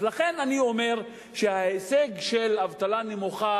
אז לכן אני אומר שההישג של אבטלה נמוכה